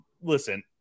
listen